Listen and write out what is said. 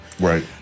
right